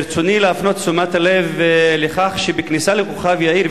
ברצוני להפנות את תשומת הלב לכך שבכניסה לכוכב-יאיר,